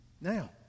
now